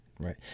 right